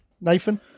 Nathan